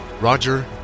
Roger